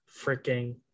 freaking